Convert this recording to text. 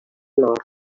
nord